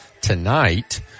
tonight